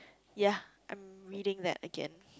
ya I'm reading that again